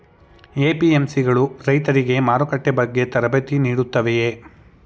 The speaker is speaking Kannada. ಎ.ಪಿ.ಎಂ.ಸಿ ಗಳು ರೈತರಿಗೆ ಮಾರುಕಟ್ಟೆ ಬಗ್ಗೆ ತರಬೇತಿ ನೀಡುತ್ತವೆಯೇ?